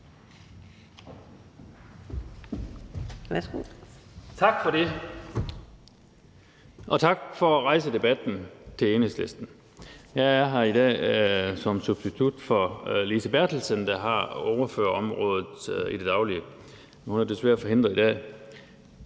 Tak for det, og tak til Enhedslisten for at rejse debatten. Jeg er her i dag som substitut for Lise Bertelsen, der er ordfører på området i det daglige. Hun er desværre forhindret i dag.